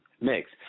mix